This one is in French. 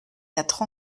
quatre